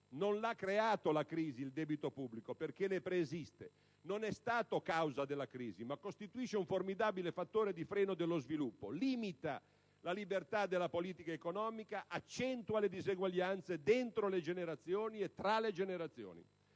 non l'ha creato la crisi, poiché le preesiste. Non è stato causa della crisi, ma costituisce un formidabile fattore di freno dello sviluppo, limita la libertà della politica economica, accentua le disuguaglianze dentro le generazioni e tra le generazioni.